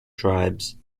tribes